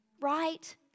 right